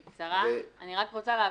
בקצרה, אני רק רוצה להבהיר,